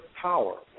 power